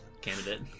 Candidate